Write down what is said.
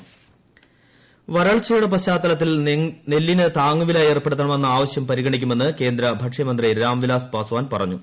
രാം വിലാസ് പാസ്വാൻ വരൾച്ചയുടെ പശ്ചാത്തലത്തിൽ നെല്ലിന് താങ്ങുവില ഏർപ്പെടുത്തണമെന്ന ആവശ്യം പരിഗണിക്കുമെന്ന് കേന്ദ്ര ഭക്ഷ്യമന്ത്രി രാംവിലാസ് പാസ്വാൻ പറഞ്ഞു